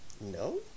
No